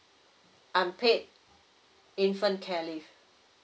unpaid infant care leave